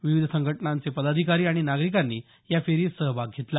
विविध संघटनांचे पदाधिकारी आणि नागरिकांनी या फेरीत सहभाग घेतला